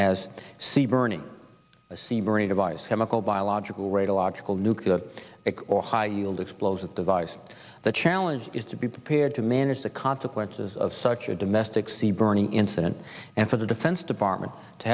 device chemical biological radiological nuclear or high yield explosive device the challenge is to be prepared to manage the consequences of such a domestic see burning incident and for the defense department to